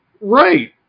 Right